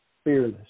Fearless